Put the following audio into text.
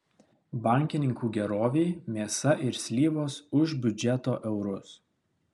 bankininkų gerovei mėsa ir slyvos už biudžeto eurus